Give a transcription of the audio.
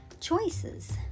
Choices